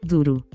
Duro